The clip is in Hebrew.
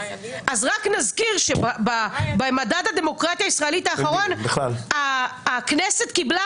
רק נזכיר שבמדד הדמוקרטיה הישראלית האחרון הכנסת קיבלה